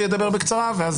בקצרה.